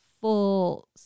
full